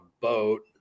boat